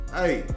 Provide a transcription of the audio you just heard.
hey